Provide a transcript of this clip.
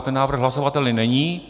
Ten návrh hlasovatelný není.